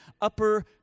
upper